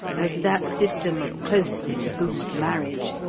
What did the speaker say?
as that system of closely tabooed marriage,